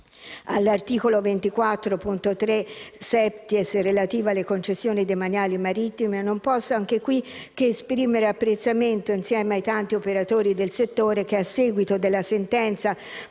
all'articolo 24, comma 3-*septies*, relativo alle concessioni demaniali marittime, non posso che esprimere apprezzamento, insieme ai tanti operatori del settore che, a seguito della sentenza